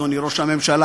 אדוני ראש הממשלה,